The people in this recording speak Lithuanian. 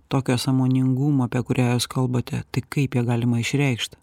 tokio sąmoningumo apie kurią jūs kalbate tai kaip ją galima išreikšt